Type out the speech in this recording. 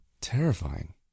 Terrifying